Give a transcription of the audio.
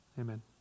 Amen